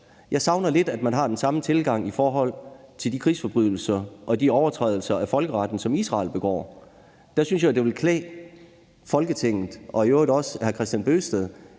Jeg savner lidt, at man har den samme tilgang i forhold til de krigsforbrydelser og overtrædelser af folkeretten, som Israel begår. Der synes jeg, det ville klæde Folketinget og i øvrigt også hr. Kristian Bøgsted,